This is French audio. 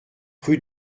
rue